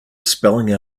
spelling